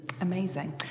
Amazing